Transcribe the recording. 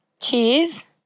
Cheers